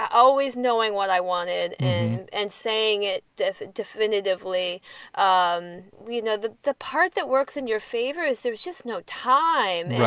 always knowing what i wanted and saying it definitively um we know that the part that works in your favor is there's just no time.